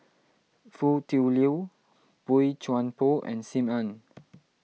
Foo Tui Liew Boey Chuan Poh and Sim Ann